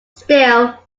still